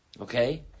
Okay